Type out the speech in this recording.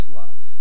love